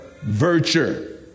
virtue